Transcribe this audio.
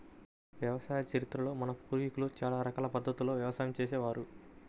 వ్యవసాయ చరిత్రలో మన పూర్వీకులు చాలా రకాల పద్ధతుల్లో వ్యవసాయం చేసే వారు